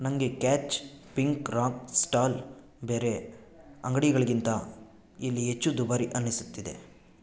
ನನಗೆ catch pink rock stall ಬೇರೆ ಅಂಗಡಿಗಳಿಗಿಂತ ಇಲ್ಲಿ ಹೆಚ್ಚು ದುಬಾರಿ ಅನ್ನಿಸುತ್ತಿದೆ